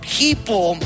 people